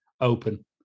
open